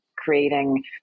creating